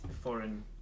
foreign